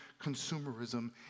consumerism